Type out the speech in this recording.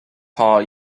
heart